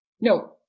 no